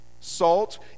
Salt